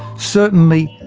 certainly,